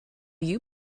you